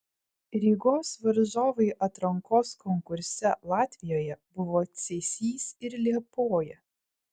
rygos varžovai atrankos konkurse latvijoje buvo cėsys ir liepoja